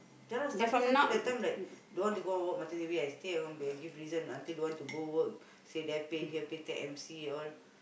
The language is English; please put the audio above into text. ya lah starting starting that time like don't want to go work macam baby I stay at home they give reason until don't want to go work say there pain here pain take M_C all